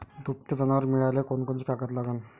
दुभते जनावरं मिळाले कोनकोनचे कागद लागन?